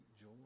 joy